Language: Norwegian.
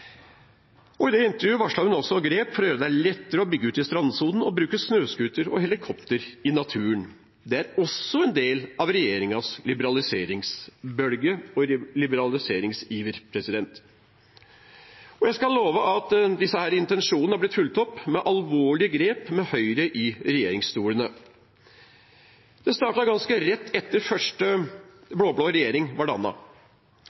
det intervjuet varslet hun også grep for å gjøre det lettere å bygge ut i strandsonen og bruke snøscooter og helikopter i naturen. Det er også en del av regjeringens liberaliseringsbølge og liberaliseringsiver. Jeg skal love at disse intensjonene har blitt fulgt opp med alvorlige grep med Høyre i regjeringsstolene. Det startet ganske rett etter